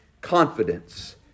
confidence